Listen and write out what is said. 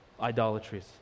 idolatries